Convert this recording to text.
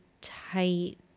tight